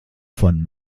von